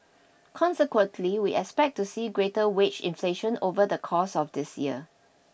consequently we expect to see greater wage inflation over the course of this year